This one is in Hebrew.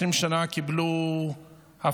20 שנה הם קיבלו הפצצות,